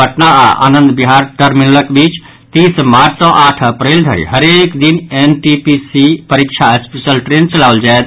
पटना आओर आनंद विहार टर्मिनलक बीच तीस मार्च सँ आठ अप्रैल धरि हरेक दिन एनटीपीसी परीक्षा स्पेशल ट्रेन चलाओत जायत